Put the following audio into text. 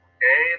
Okay